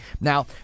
Now